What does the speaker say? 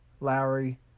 Lowry